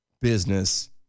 business